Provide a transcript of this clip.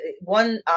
one